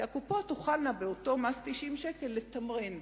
כי הקופות תוכלנה, באותו מס 90 שקל, לתמרן.